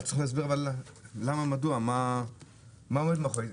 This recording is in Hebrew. אבל צריך להסביר למה ומה עומד מאחורי זה.